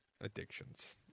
addictions